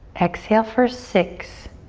exhale for six,